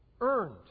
earned